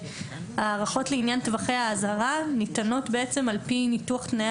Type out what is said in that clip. הערכות לעניין טווחי האזהרה ניתנות על פי ניתוח תנאי